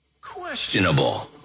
Questionable